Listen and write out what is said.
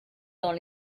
dans